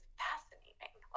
fascinating